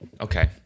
Okay